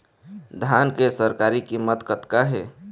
धान के सरकारी कीमत कतका हे?